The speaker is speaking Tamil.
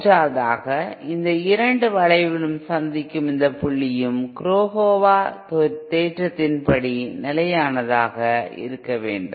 மூன்றாவதாக இந்த இரண்டு வளைவுகளும் சந்திக்கும் இந்த புள்ளியும் குரோகாவா தேற்றத்தின் படி நிலையானதாக இருக்க வேண்டும்